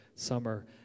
summer